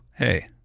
Hey